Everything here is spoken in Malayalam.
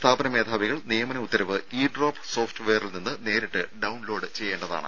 സ്ഥാപന മേധാവികൾ നിയമന ഉത്തരവ് ഇ ഡ്രോപ്പ് സോഫ്റ്റ് വെയറിൽ നിന്ന് നേരിട്ട് ഡൌൺലോഡ് ചെയ്യേണ്ടതാണ്